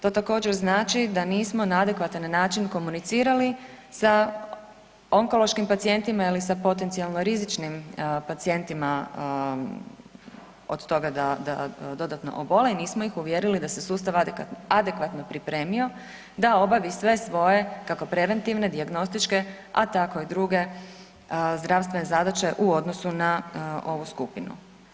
To također znači da nismo na adekvatan način komunicirali sa onkološkim pacijentima ili sa potencijalno rizičnim pacijentima od toga da dodatno obole i nismo ih uvjerili da se sustava adekvatno pripremio da obavi sve svoje kako preventivne, dijagnostičke, a tako i druge zdravstvene zadaće u odnosu na ovu skupinu.